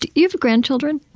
but you have grandchildren?